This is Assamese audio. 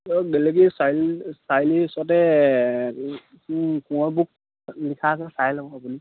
গেলেকী চাৰিআলি ওচৰতে কি কোঁৱৰ বুক লিখা আছে চাই ল'ব আপুনি